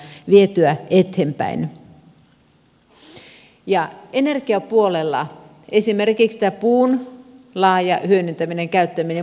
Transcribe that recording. jos me meinaamme saada energiapuolella toimintaan esimerkiksi puun laajan hyödyntämisen käyttämisen